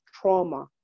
trauma